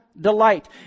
delight